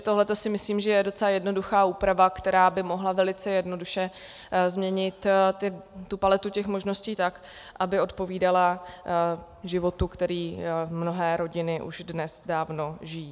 Tohle si myslím, že je docela jednoduchá úprava, která by mohla velice jednoduše změnit paletu možností tak, aby odpovídala životu, který mnohé rodiny už dnes dávno žijí.